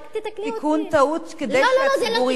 תיקון טעות כדי שהציבור יבין.